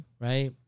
Right